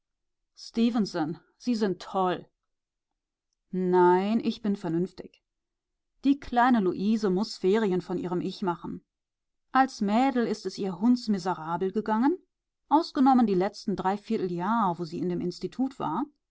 sie sind toll nein ich bin vernünftig die kleine luise muß ferien von ihrem ich machen als mädel ist es ihr hundsmiserabel gegangen ausgenommen die letzten dreiviertel jahr wo sie in dem institut war